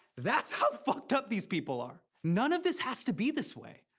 that's how fucked up these people are. none of this has to be this way.